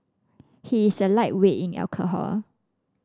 he is a lightweight in alcohol